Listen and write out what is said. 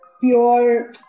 Pure